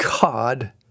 God